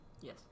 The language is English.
Yes